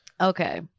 Okay